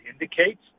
indicates